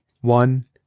One